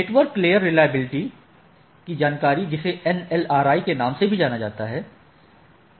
network layer reachability की जानकारी जिसे NLRI के नाम से भी जाना जाता है